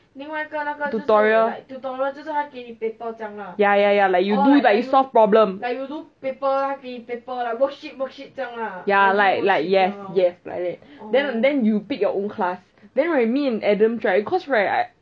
tutorial ya ya ya like you do you solve problem ya like like yes yes like that then you pick your own class then right me and adams cause right I